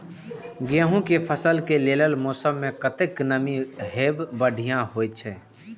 गेंहू के फसल के लेल मौसम में कतेक नमी हैब बढ़िया होए छै?